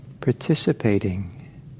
participating